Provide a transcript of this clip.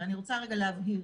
אני חייבת להגיד.